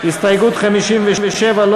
ההסתייגות 57 לא